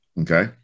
Okay